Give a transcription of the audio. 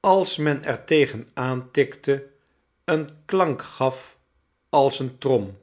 als men er tegen aantikte een klank gaf als eene trom